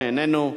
איננו,